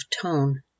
tone